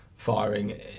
firing